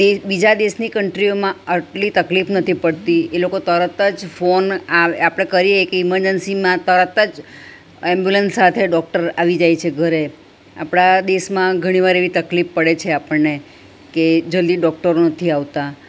બીજા દેશની કન્ટ્રીઓમાં આટલી તકલીફ નથી પડતી એ લોકો તરત જ ફોન આવે આપણે કરીએ કે ઇમરજન્સીમાં તરત જ એંબ્યૂલન્સ સાથે ડૉક્ટર આવી જાય છે ઘરે આપણા દેશમાં ઘણી વાર એવી તકલીફ પડે છે આપણને કે જલ્દી ડૉક્ટરો નથી આવતા